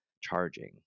charging